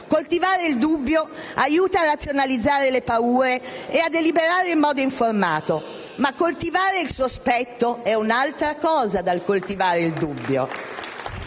Coltivare il dubbio aiuta a razionalizzare le paure e a deliberare in modo informato, ma coltivare il sospetto è un'altra cosa dal coltivare il dubbio